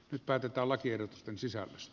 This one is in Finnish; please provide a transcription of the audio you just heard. nyt päätetään lakiehdotusten sisällöstä